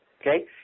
okay